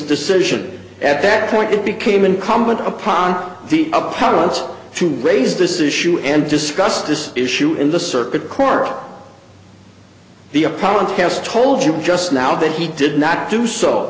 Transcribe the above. decision at that point it became incumbent upon the opponents to raise this issue and discuss this issue in the circuit court the a problem has told you just now that he did not do so